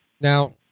Now